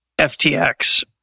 FTX